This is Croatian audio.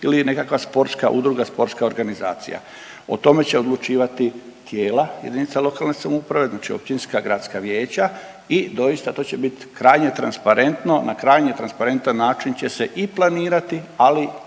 ili nekakva sportska udruga, sportska organizacija. O tome će odlučivati tijela jedinica lokalne samouprave, znači općinska, gradska vijeća i doista to će biti krajnje transparentno, na krajnje transparentan način će i planirati, ali